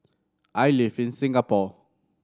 I live in Singapore